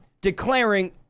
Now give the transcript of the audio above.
declaring